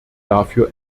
dafür